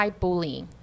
bullying